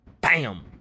BAM